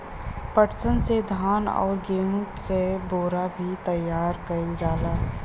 पटसन से धान आउर गेहू क बोरा भी तइयार कइल जाला